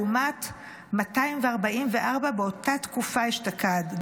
לעומת 244 באותה תקופה אשתקד,